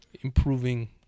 improving